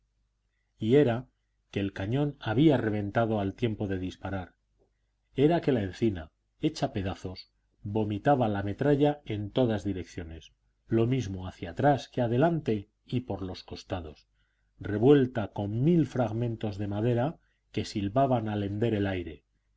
y era que el cañón había reventado al tiempo de disparar era que la encina hecha pedazos vomitaba la metralla en todas direcciones lo mismo hacia atrás que hacia adelante y por los costados revuelta con mil fragmentos de madera que silbaban al hender el aire